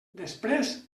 després